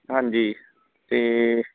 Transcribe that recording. ਹਾਂਜੀ ਅਤੇ